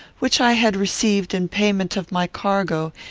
which i had received in payment of my cargo,